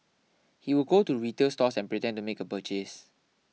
he would go to retail stores and pretend to make a purchase